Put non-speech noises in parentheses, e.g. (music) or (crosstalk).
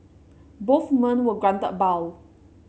both men were granted a (unintelligible)